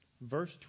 verse